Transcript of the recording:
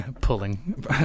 pulling